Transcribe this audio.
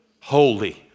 Holy